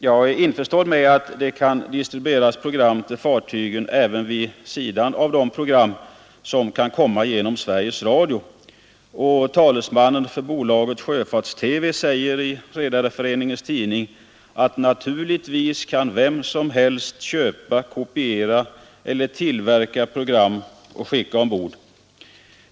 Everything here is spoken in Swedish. Jag vet att det kan distribueras program till fartygen även vid sidan av de program som kan komma genom Sveriges Radio. Talesmannen för bolaget Sjöfarts-TV säger i Redareföreningens tidning att naturligtvis kan vem som helst köpa, kopiera eller tillverka program och skicka ombord.